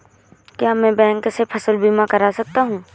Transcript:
क्या मैं बैंक से फसल बीमा करा सकता हूँ?